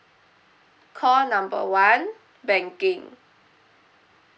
call number one banking